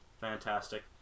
Fantastic